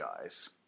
guys